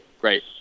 Great